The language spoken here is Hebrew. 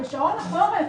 אחרי הכול,